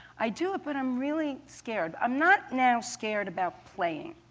i do it, but i'm really scared. i'm not now scared about playing.